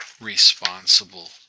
responsible